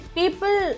people